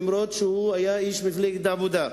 אף-על-פי שהוא היה איש מפלגת העבודה.